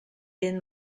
ben